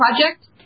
Project